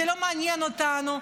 זה לא מעניין אותנו.